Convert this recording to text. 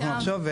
אנחנו נחשוב,